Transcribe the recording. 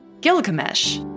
Gilgamesh